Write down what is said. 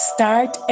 Start